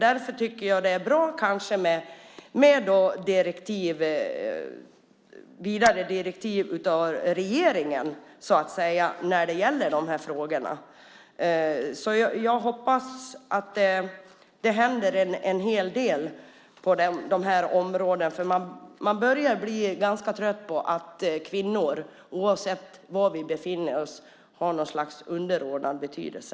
Därför tycker jag att det är bra med vidare direktiv från regeringen när det gäller de här frågorna. Jag hoppas att det händer en hel del på de här områdena. Man börjar bli ganska trött på att kvinnor, oavsett var vi befinner oss, har något slags underordnad betydelse.